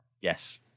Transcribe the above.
Yes